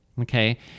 okay